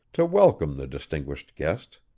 to welcome the distinguished guest.